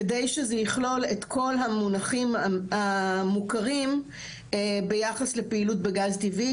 כדי שזה יכלול את כל המונחים המוכרים ביחס לפעילות בגז טבעי.